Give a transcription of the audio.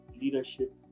Leadership